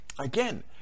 again